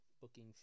booking